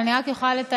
אבל אני יכולה רק לתאר,